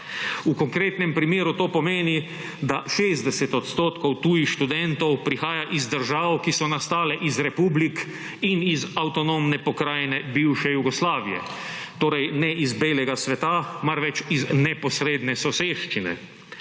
V konkretnem primeru to pomeni, da 60 % tujih študentov prihaja iz držav, ki so nastale iz republik in iz avtonomne pokrajine bivše Jugoslavije, torej, ne iz belega sveta, marveč iz neposredne soseščine.